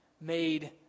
made